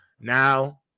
Now